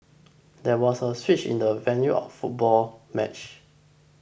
there was a switch in the venue for the football match